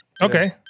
Okay